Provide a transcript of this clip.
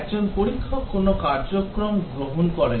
একজন পরীক্ষক কোন কার্যক্রম গ্রহণ করেন